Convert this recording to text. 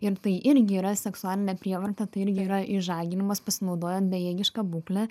ir tai irgi yra seksualinė prievarta tai irgi yra išžaginimas pasinaudojant bejėgiška būkle